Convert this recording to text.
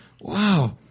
wow